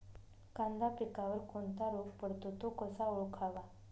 कांदा पिकावर कोणता रोग पडतो? तो कसा ओळखावा?